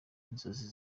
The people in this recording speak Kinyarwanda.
inzozi